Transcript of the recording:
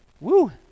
Woo